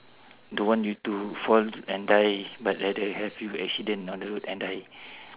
don't want you to fall and die but rather have you accident on the road and die